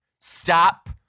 Stop